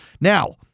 Now